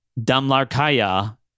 Damlarkaya